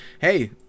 hey